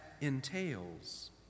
entails